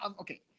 okay